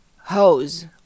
Hose